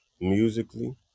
musically